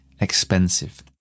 expensive